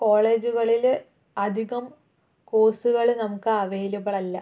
കോളേജുകളിൽ അധികം കോഴ്സുകൾ നമുക്ക് അവൈലബിൾ അല്ല